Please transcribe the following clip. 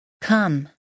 Come